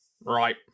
Right